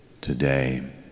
today